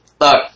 Look